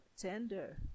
tender